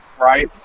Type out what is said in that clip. Right